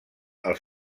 als